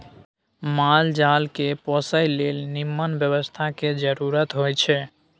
माल जाल केँ पोसय लेल निम्मन बेवस्था केर जरुरत होई छै